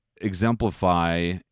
exemplify